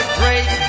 great